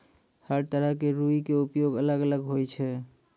हर तरह के रूई के उपयोग अलग अलग होय छै